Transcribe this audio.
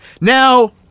Now